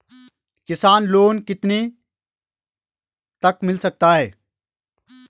किसान लोंन कितने तक मिल सकता है?